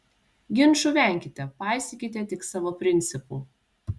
ginčų venkite paisykite tik savo principų